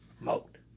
mode